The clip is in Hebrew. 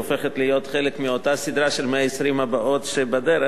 היא חלק מאותה סדרה של 120 הבאות שבדרך,